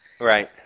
Right